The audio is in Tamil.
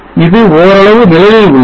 இது ஓரளவு நிழலில் உள்ளது